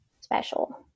special